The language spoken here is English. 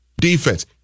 Defense